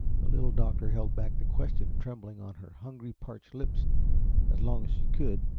the little doctor held back the question trembling on her hungry, parched lips as long as she could,